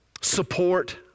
support